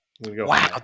Wow